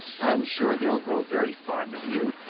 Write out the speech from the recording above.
i'm sure they'll grow very fond of you.